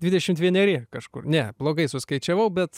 dvidešimt vieneri kažkur ne blogai suskaičiavau bet